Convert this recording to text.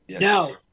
No